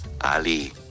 Ali